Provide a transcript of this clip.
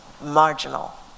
marginal